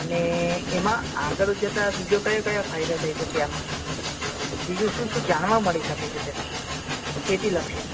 ને એમાં આગળ જતાં બીજો કયા કયા ફાયદા થઈ શકે એમ બીજું શું શું જાણવા મળી શકે છે તેમ ખેતીલક્ષી